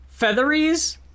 Featheries